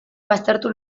baztertu